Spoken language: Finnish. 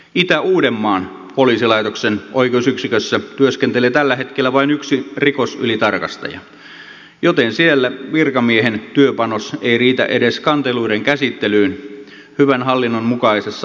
itä uudenmaan poliisilaitoksen oikeusyksikössä työskentelee tällä hetkellä vain yksi rikosylitarkastaja joten siellä virkamiehen työpanos ei riitä edes kanteluiden käsittelyyn hyvän hallinnon mukaisessa aikataulussa